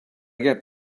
get